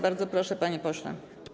Bardzo proszę, panie pośle.